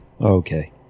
Okay